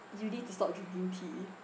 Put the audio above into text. you need to stop drinking tea